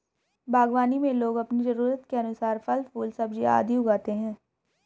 बागवानी में लोग अपनी जरूरत के अनुसार फल, फूल, सब्जियां आदि उगाते हैं